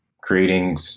creating